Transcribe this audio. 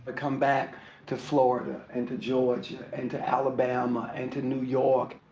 come back to florida, and to georgia, and to alabama, and to new york.